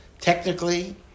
Technically